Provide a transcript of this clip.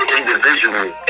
individually